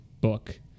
book